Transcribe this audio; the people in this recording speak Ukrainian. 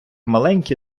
маленькі